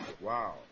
Wow